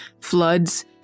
floods